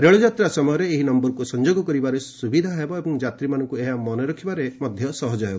ରେଳଯାତ୍ରା ସମୟରେ ଏହି ନମ୍ଭରକୁ ସଂଯୋଗ କରିବାରେ ସୁବିଧା ହେବ ଏବଂ ଯାତ୍ରୀମାନଙ୍କୁ ଏହା ମନେରଖିବାରେ ସହଜ ହେବ